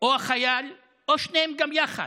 או החייל או שניהם גם יחד.